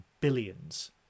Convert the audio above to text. billions